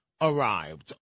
arrived